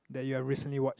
that you are recently watch